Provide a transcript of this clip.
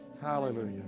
Hallelujah